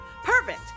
perfect